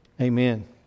Amen